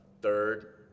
third